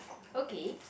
okay